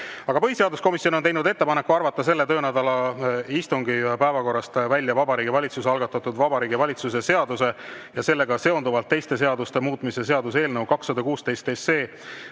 Aga põhiseaduskomisjon on teinud ettepaneku arvata selle töönädala istungi päevakorrast välja Vabariigi Valitsuse algatatud Vabariigi Valitsuse seaduse ja sellega seonduvalt teiste seaduste muutmise seaduse eelnõu 216 teine